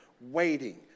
waiting